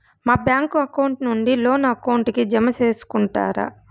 మా bank account నుండి loan account కి జామ సేసుకుంటారా?